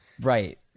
Right